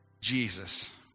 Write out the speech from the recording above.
Jesus